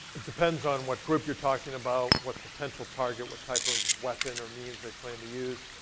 it depends on what group you're talking about, what potential target, what type of weapon or means they plan to use.